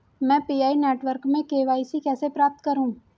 मैं PI network में KYC कैसे प्राप्त करूँ?